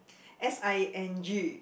S I N G